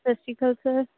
ਸਤਿ ਸ਼੍ਰੀ ਅਕਾਲ ਸਰ